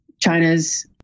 China's